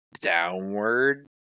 downward